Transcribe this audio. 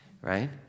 right